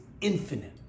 infinite